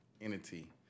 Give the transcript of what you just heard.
entity